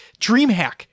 Dreamhack